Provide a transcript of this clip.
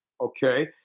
Okay